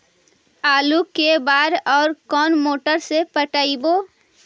आलू के बार और कोन मोटर से पटइबै?